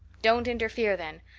don't interfere then.